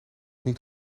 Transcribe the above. niet